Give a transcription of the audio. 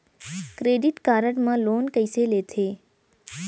Credit card मा loan कइसे लेथे?